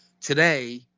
Today